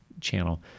channel